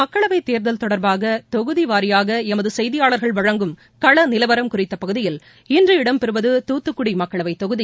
மக்களவைத் தேர்தல் தொடர்பாக தொகுதி வாரியாக எமது செய்தியாளர்கள் வழங்கும் கள நிலவரம் குறித்த பகுதியில் இன்று இடம்பெறுவது தூத்துக்குடி மக்களவைத் தொகுதி